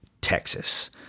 Texas